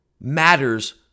matters